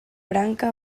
branca